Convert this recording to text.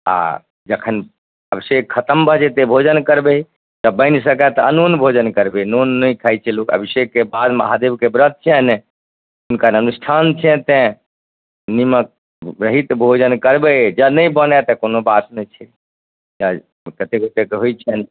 आओर जखन अभिषेक खतम भऽ जएतै भोजन करबै तऽ बनि सकै तऽ अनोन भोजन करबै नोन नहि खाइ छै लोक अभिषेकके बाद महादेवके व्रत छिअनि हुनकर अनुष्ठान छिअनि तेँ निम्मक रहित भोजन करबै जँ नहि बनै तऽ कोनो बात नहि छै कतेक गोटेके होइ छनि